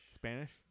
Spanish